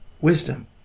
wisdom